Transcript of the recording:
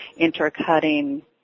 intercutting